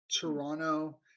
Toronto